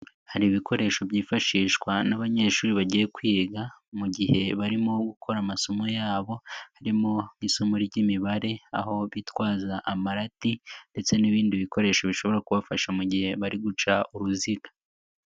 Hari ibikoresho byifashishwa n'abanyeshuri bagiye kwiga mu gihe barimo gukora amasomo yabo harimo n'isomo ry'imibare aho bitwaza amarati ndetse n'ibindi bikoresho bishobora kubafasha mu gihe bari guca uruziga.